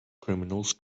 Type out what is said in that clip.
criminals